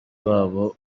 wabo